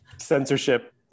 censorship